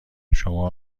شما